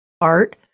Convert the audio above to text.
art